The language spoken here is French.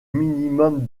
minimum